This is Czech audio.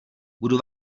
budu